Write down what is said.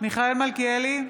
מיכאל מלכיאלי,